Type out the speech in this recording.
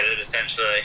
essentially